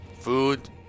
Food